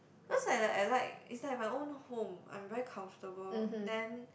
cause I like I like is like my own home I'm very comfortable then